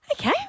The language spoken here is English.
Okay